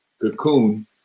cocoon